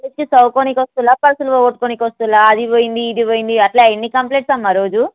కాలేజీకి చదువుకోవడానికి వస్తుర్రా పర్సులు పోగొట్టుకోవడానికి వస్తుర్రా అది పోయింది ఇది పోయింది అట్లా ఎన్ని కంప్లైంట్స్ అమ్మ రోజు